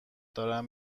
دارم